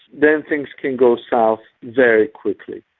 then things can go south very quickly.